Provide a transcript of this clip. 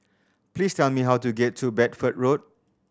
please tell me how to get to Bedford Road